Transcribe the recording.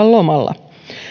lomalla